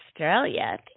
Australia